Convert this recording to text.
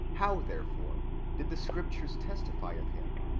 how therefore did the scriptures testify of him,